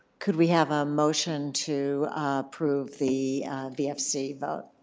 could we have a motion to approve the vfc vote?